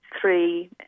three